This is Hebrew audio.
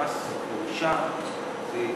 ירושה זה,